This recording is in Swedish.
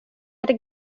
hade